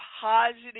positive